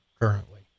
currently